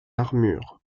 armure